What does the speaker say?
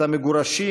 את המגורשים,